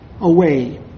away